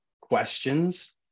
questions